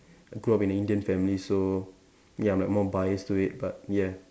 grow up in an Indian family so ya I'm like more biased to it but yeah